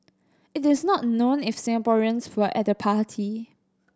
it is not known if Singaporeans were at the party